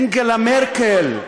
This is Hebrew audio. אנגלה מרקל,